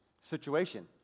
situation